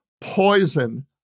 poison